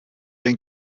den